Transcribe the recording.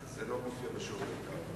זה לא מתוך שיר בית"ר.